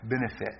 benefit